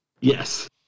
yes